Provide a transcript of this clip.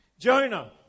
Jonah